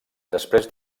després